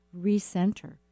recenter